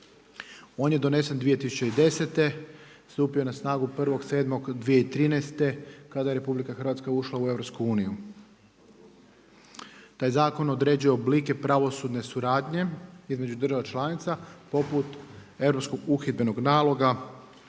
On je donesen 2010. stupio je na snagu 1.7.2013. kada je RH ušla u EU. Taj zakon određuje oblike pravosudne suradnje između država članica poput Europskog